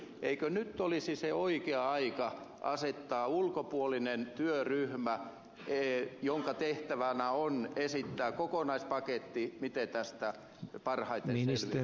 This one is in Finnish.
eikö nyt olisi se oikea aika asettaa ulkopuolinen työryhmä jonka tehtävänä on esittää kokonaispaketti miten tästä parhaiten selvitään